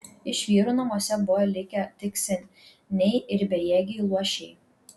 iš vyrų namuose buvo likę tik seniai ir bejėgiai luošiai